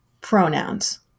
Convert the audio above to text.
pronouns